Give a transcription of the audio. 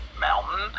Mountain